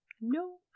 No